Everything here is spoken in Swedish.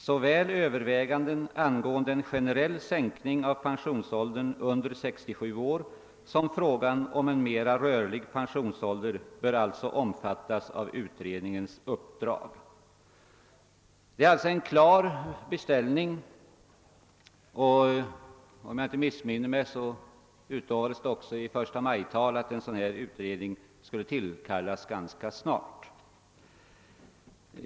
Såväl överväganden angående en generell sänkning av pensionsåldern under 67 år som frågan om en mera rörlig pensionsålder bör alltså omfattas av utredningens uppdrag.» Det är alltså en klar beställning. Om jag inte missminner mig utlovades det också i förstamajtal att en sådan utredning skulle tillkallas ganska snart.